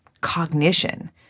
cognition